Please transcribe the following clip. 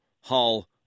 Hull